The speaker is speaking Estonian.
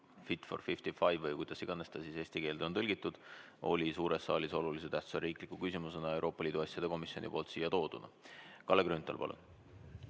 "Fit for 55" või kuidas iganes see eesti keelde on tõlgitud oli suures saalis oluliselt tähtsa riikliku küsimusena Euroopa Liidu asjade komisjoni poolt siia tooduna. Kalle Grünthal, palun!